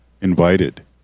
invited